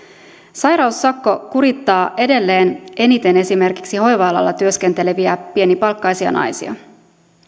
sairaussakko kurittaa edelleen eniten esimerkiksi hoiva alalla työskenteleviä pienipalkkaisia naisia